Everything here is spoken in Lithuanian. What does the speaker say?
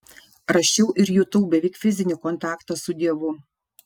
rašiau ir jutau beveik fizinį kontaktą su dievu